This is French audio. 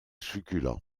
succulent